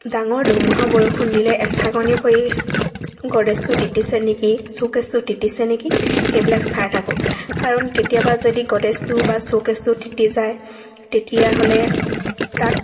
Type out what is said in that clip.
ডাঙৰ ধুমুহা বৰষুণ দিলে এচাকনি পৰি গড্ৰেজটো তিতিছে নেকি চৌকেছটো তিতিছে নেকি এইবিলাক চাই থাকোঁ কাৰণ কেতিয়াবা যদি গড্ৰেজটো বা চৌকেছটো তিতি যায় তেতিয়াহ'লে তাত